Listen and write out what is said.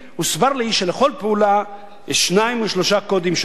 הוסבר לי שלכל פעולה יש שניים או שלושה קודים שונים: